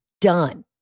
done